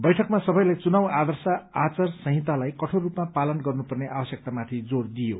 बैठकमा सबैलाई चुनाव आदर्श आचार संहितालाई कठोर रूपमा पालन गर्नुपर्ने आवश्यकतामाथि जोर दिइयो